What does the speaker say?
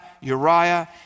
Uriah